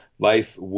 Life